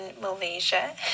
Malaysia